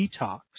detox